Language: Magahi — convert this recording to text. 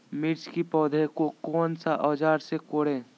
मिर्च की पौधे को कौन सा औजार से कोरे?